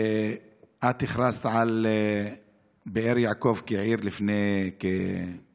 את הכרזת על באר יעקב כעיר לפני כחודשיים,